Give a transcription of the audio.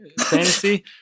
fantasy